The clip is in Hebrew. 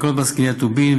לתקנות מס קנייה (טובין),